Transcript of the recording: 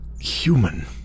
human